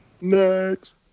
Next